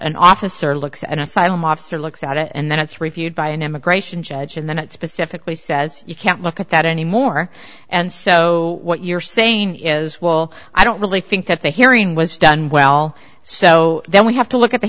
an officer looks at an asylum officer looks at it and then it's reviewed by an immigration judge and then it specifically says you can't look at that anymore and so what you're saying is well i don't really think that the hearing was done well so then we have to look at the